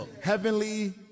heavenly